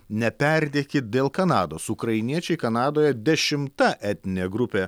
neperdėkit dėl kanados ukrainiečiai kanadoje dešimta etninė grupė